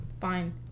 Fine